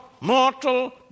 mortal